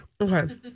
Okay